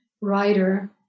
writer